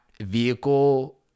vehicle